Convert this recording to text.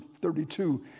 32